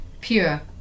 pure